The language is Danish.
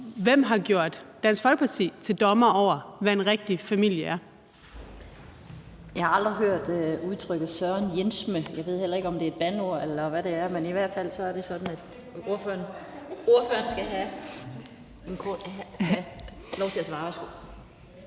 hvem har gjort Dansk Folkeparti til dommer over, hvad en rigtig familie er? Kl. 12:41 Den fg. formand (Annette Lind): Jeg har aldrig hørt udtrykket sørenjenseme, og jeg ved heller ikke, om det er et bandeord, eller hvad det er, men i hvert fald er det sådan, at ordføreren skal have lov til at svare.